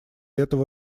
этого